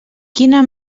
quina